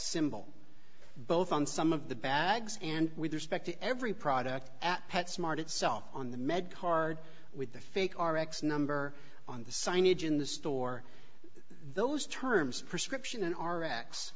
symbol both on some of the bags and with respect to every product at pet smart itself on the med card with the fake r x number on the signage in the store those terms prescription and